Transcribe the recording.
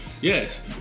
Yes